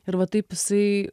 ir va taip jisai